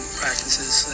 practices